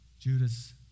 Judas